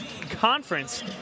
conference